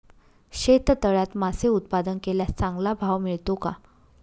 शेततळ्यात मासे उत्पादन केल्यास चांगला भाव मिळतो का?